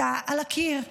הכתובת הייתה על הקיר,